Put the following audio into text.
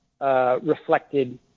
reflected